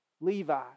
Levi